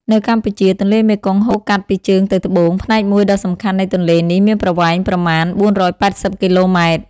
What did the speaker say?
នៅកម្ពុជា ទន្លេមេគង្គហូរកាត់ពីជើងទៅត្បូង ផ្នែកមួយដ៏សំខាន់នៃទន្លេនេះមានប្រវែងប្រមាណ ៤៨០ គីឡូម៉ែត្រ។